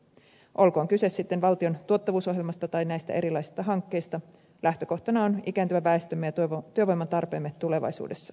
olkoon kyse sitten valtion tuottavuusohjelmasta tai näistä erilaisista hankkeista lähtökohtana on ikääntyvä väestömme ja työvoiman tarpeemme tulevaisuudessa